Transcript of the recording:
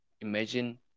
Imagine